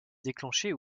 déclencher